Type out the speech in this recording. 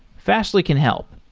fastly can help.